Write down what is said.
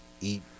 eat